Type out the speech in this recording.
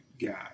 God